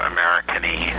American-y